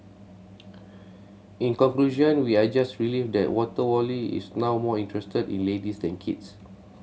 in conclusion we are just relieved that Water Wally is now more interested in ladies than kids